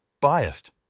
biased